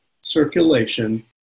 circulation